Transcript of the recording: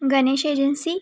Ganesh agency